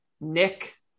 Nick